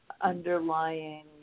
underlying